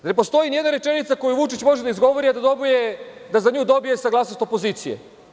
Ne postoji ni jedna rečenica koju Vučić može da izgovori, a da za dobije saglasnost opozicije.